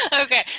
okay